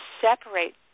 separate